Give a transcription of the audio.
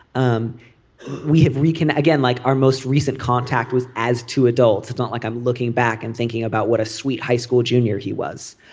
um we have we can again like our most recent contact with as to adults. it's not like i'm looking back and thinking about what a sweet high school junior he was.